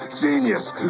genius